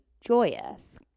joyous